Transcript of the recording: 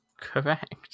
correct